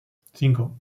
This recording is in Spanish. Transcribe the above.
cinco